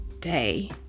day